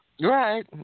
Right